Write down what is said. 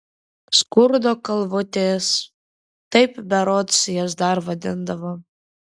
skurdo karvutės taip berods jas dar vadindavo